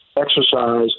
exercise